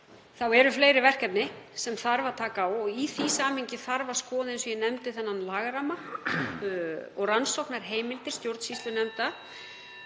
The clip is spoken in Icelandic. þá eru fleiri verkefni sem þarf að taka á. Í því samhengi þarf að skoða þennan lagaramma og rannsóknarheimildir stjórnsýslunefnda.